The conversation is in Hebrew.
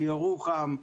של ירוחם,